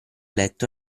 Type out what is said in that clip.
letto